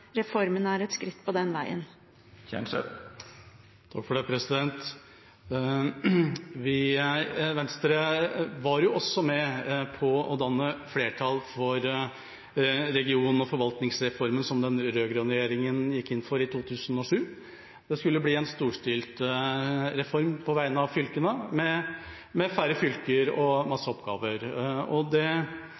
reformen er et skritt på den veien? Venstre var også med på å danne flertall for region- og forvaltningsreformen som den rød-grønne regjeringa gikk inn for i 2007. Det skulle bli en storstilt reform på vegne av fylkene, med færre fylker og masse oppgaver. Det var et iherdig forsøk, men det strandet, og